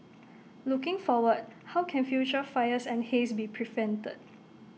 looking forward how can future fires and haze be prevented